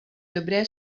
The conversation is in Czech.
dobré